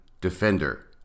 Defender